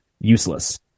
useless